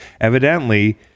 Evidently